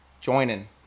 joining